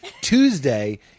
Tuesday